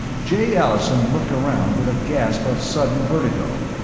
jay allison looked around with a gasp of sudden vertigo.